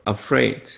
afraid